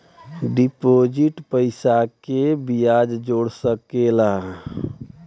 deposit पइसा के बियाज जोड़ सकला